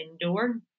indoor